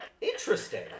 Interesting